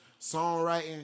songwriting